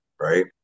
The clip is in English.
right